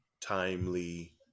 timely